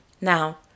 Now